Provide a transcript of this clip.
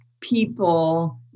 people